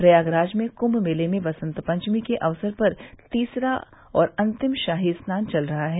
प्रयागराज में कुम्म मेले में वसंत पंचमी के अवसर पर तीसरा और अंतिम शाही स्नान चल रहा है